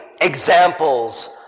examples